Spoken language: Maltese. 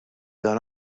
dan